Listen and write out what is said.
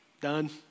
done